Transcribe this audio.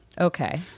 Okay